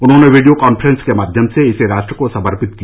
उन्होंने video conference के माध्यम से इसे राष्ट्र को समर्पित किया